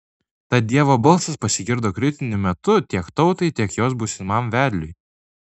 tad dievo balsas pasigirdo kritiniu metu tiek tautai tiek jos būsimam vedliui